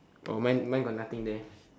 oh mine mine got nothing there